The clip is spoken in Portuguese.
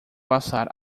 passar